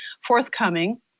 forthcoming